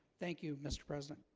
thank you, mr. president.